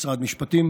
משרד המשפטים